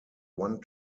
one